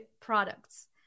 products